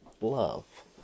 love